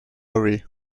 hurry